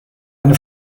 eine